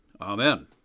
Amen